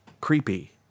creepy